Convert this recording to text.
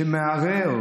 שמערער,